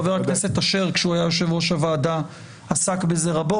חה"כ אשר, כשהוא היה יו"ר הוועדה, עסק בזה הרבה.